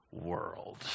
world